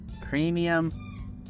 premium